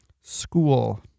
School